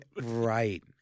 Right